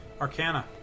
Arcana